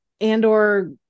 Andor